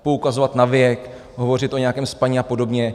Poukazovat na věk, hovořit o nějakém spaní apod.